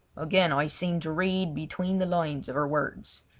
again i seemed to read between the lines of her words.